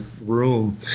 room